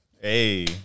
Hey